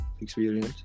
experience